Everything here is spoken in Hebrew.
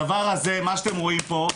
הדבר הזה שאתם רואים פה,